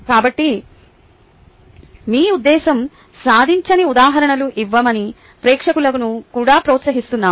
కాబట్టి మీ ఉద్దేశం సాధించని ఉదాహరణలను ఇవ్వమని ప్రేక్షకులను కూడా ప్రోత్సహిస్తున్నాను